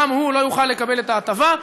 גם הוא לא יוכל לקבל את ההטבה.